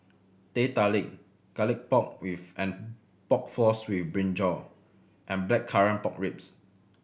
Teh Tarik Garlic Pork and Pork Floss with brinjal and Blackcurrant Pork Ribs